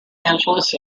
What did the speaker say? angeles